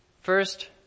first